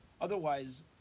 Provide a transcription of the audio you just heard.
Otherwise